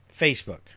Facebook